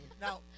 Now